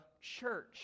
church